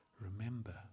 remember